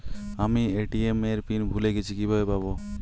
আমি এ.টি.এম এর পিন ভুলে গেছি কিভাবে পাবো?